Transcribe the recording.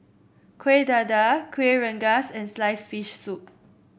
Kueh Dadar Kueh Rengas and sliced fish soup